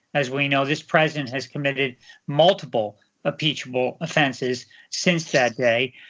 as we know, this president has committed multiple impeachable offenses since that day.